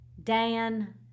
Dan